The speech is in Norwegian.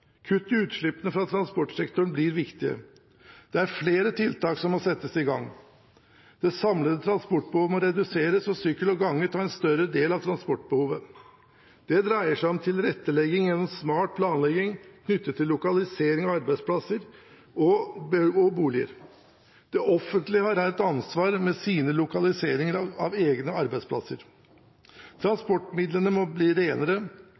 Kutt i utslippene fra transportsektoren blir viktige. Det er flere tiltak som må settes i gang: Det samlede transportbehovet må reduseres og sykkel og gange ta en større del av transportbehovet. Det dreier seg om tilrettelegging gjennom smart planlegging knyttet til lokalisering av arbeidsplasser og boliger. Det offentlige har her et ansvar med sine lokaliseringer av egne arbeidsplasser. Transportmidlene må bli renere.